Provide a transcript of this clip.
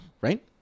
right